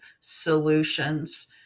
solutions